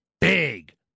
big